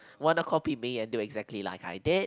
wanna to copy me and do exactly like I did